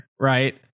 right